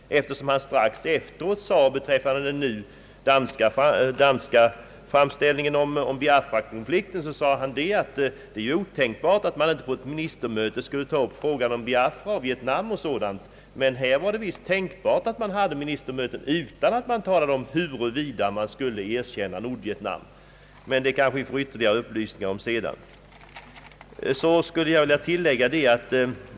Han sade strax efteråt beträffande den danska framställningen i fråga om Biafrakonflikten att det är otänkbart att man inte på ett ministermöte skulle ta upp frågan om Biafra, Vietnam osv. Men här var det tydligen tänkbart att ha ett ministermöte utan att tala om huruvida man skulle erkänna Nordvietnam. Det kanske vi får ytterligare upplysningar om sedan.